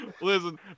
Listen